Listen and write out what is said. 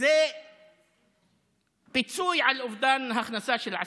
זה פיצוי על אובדן הכנסה של עסקים.